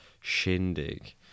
shindig